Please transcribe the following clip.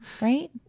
right